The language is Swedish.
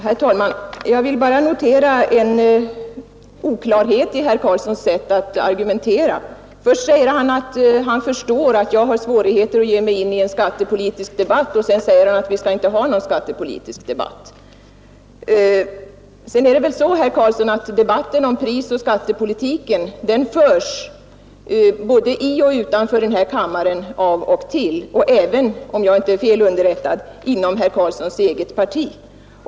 Herr talman! Jag vill bara notera en oklarhet i herr Karlssons i Huskvarna sätt att argumentera. Först säger han att han förstår att jag har svårigheter att ge mig in i en skattepolitisk debatt. Sedan säger han att vi inte skall ha någon skattepolitisk debatt. Debatten om prisoch skattepolitiken förs av och till både i och utanför denna kammare. Den förs även, om jag inte är fel underrättad, inom herr Karlssons eget parti.